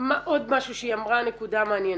עוד משהו שהיא אמרה נקודה מעניינת.